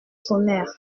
sonnèrent